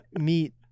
meet